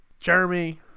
Jeremy